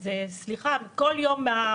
סליחה, הם בנו